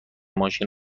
ماشین